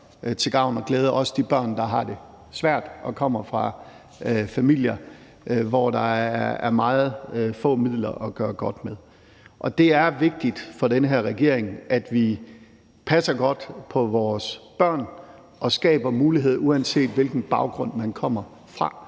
til gavn og glæde, også de børn, der har det svært og kommer fra familier, hvor der er meget få midler at gøre godt med. Det er vigtigt for den her regering, at vi passer godt på vores børn og skaber mulighed, uanset hvilken baggrund man kommer fra.